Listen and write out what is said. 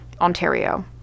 Ontario